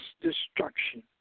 destruction